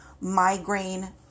migraine